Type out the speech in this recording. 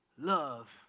love